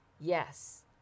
yes